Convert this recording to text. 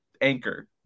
anchor